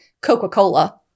Coca-Cola